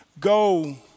Go